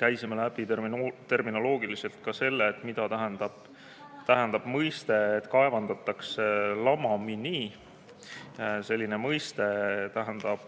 Käisime terminoloogiliselt läbi ka selle, mida tähendab, et kaevandatakse lamamini. See mõiste tähendab